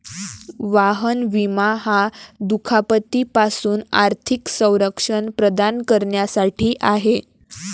वाहन विमा हा दुखापती पासून आर्थिक संरक्षण प्रदान करण्यासाठी आहे